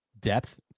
depth